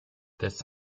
this